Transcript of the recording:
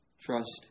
Trust